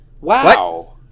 Wow